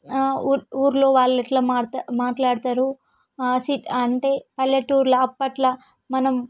ఊరి ఊరిలో వాళ్ళు ఎట్లా మాట్లడు మాట్లాడుతారు సిటీ అంటే పల్లెటూరిల అప్పట్ల మనం